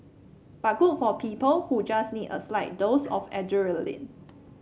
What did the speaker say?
but good for people who just need a slight dose of adrenaline